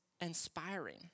inspiring